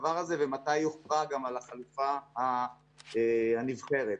ומתי תוכרע החלופה הנבחרת.